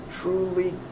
truly